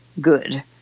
good